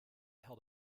held